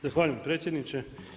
Zahvaljujem predsjedniče.